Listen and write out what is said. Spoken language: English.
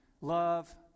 love